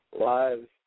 lives